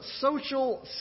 social